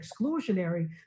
exclusionary